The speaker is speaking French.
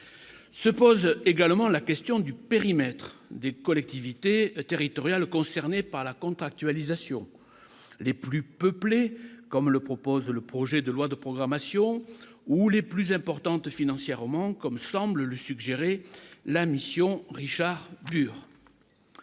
se pose également la question du périmètre des collectivités qui hériterait alors concernés par la contractualisation les plus peuplées, comme le propose le projet de loi de programmation ou les plus importantes, financièrement, comme semble le suggérer la mission Richard Burr,